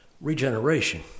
Regeneration